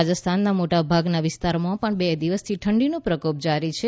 રાજસ્થાનના મોટા ભાગના વિસ્તારોમાં પણ બે દિવસથી ઠંડીનો પ્રકોપ જારી છે